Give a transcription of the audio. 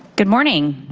good morning.